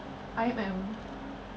I_M_M